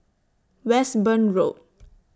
Westbourne Road